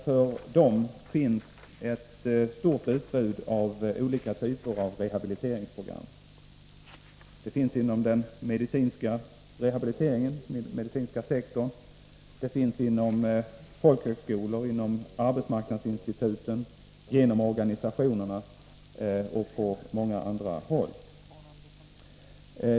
För dem finns ett stort utbud av olika typer av rehabiliteringsprogram — inom den medicinska sektorn, inom folkhögskolor, vid arbetsmarknadsinstituten, genom organisationerna och på många andra håll.